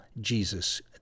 Jesus